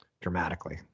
dramatically